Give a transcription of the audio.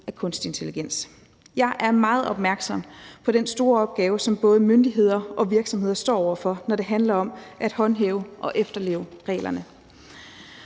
af kunstig intelligens. Jeg er meget opmærksom på den store opgave, som både myndigheder og virksomheder står over for, når det handler om at håndhæve og efterleve reglerne.